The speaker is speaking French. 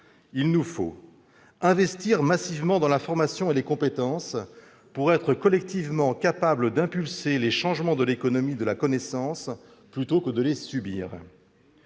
il nous faut investir massivement dans la formation et les compétences, pour être collectivement capables d'impulser les changements de l'économie de la connaissance plutôt que de les subir